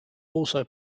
also